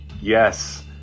Yes